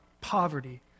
poverty